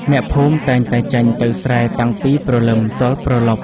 អ្នកភូមិតែងតែចេញទៅស្រែតាំងពីព្រលឹមទល់ព្រលប់។